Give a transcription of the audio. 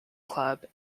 club